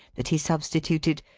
that he substituted,